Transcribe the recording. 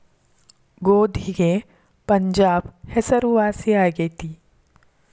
ಗೋಧಿಗೆ ಪಂಜಾಬ್ ಹೆಸರುವಾಸಿ ಆಗೆತಿ